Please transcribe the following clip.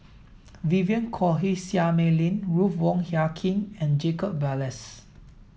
Vivien Quahe Seah Mei Lin Ruth Wong Hie King and Jacob Ballas